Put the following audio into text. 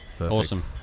Awesome